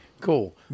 Cool